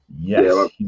yes